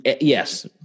Yes